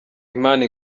imana